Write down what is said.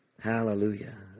Hallelujah